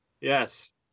Yes